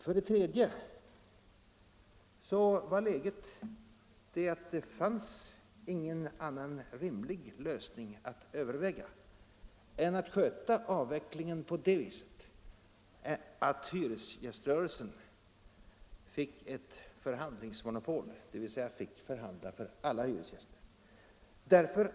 För det tredje var läget det att det inte fanns någon annan rimlig lösning att överväga än att sköta avvecklingen på det viset att hyresgäströrelsen fick ett förhandlingsmonopol, dvs. fick förhandla för alla hyresgäster.